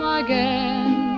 again